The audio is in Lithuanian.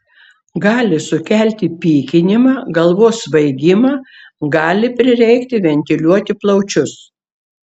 gali sukelti pykinimą galvos svaigimą gali prireikti ventiliuoti plaučius